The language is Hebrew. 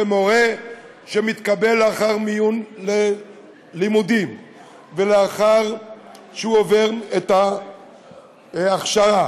מורה שמתקבל לאחר מיון ללימודים ולאחר שהוא עובר את ההכשרה